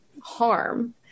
harm